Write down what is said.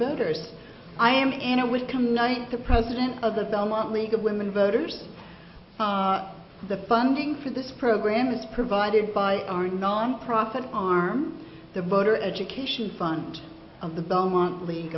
voters i am and it will come night the president of the belmont league of women voters the funding for this program is provided by our nonprofit arm the voter education fund of the belmont league